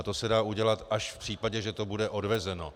To se dá udělat až v případě, že to bude odvezeno.